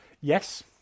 Yes